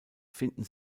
finden